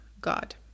God